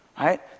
right